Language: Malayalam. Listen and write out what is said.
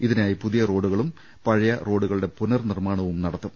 ഇതിനായി പുതിയ റോഡുകളും പഴയ റോഡുകളുടെ പ്പുനർനിർമ്മാ ണവും നടത്തും